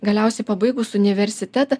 galiausiai pabaigus universitetą